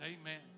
amen